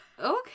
Okay